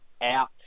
out